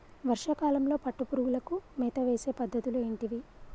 వర్షా కాలంలో పట్టు పురుగులకు మేత వేసే పద్ధతులు ఏంటివి?